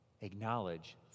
acknowledge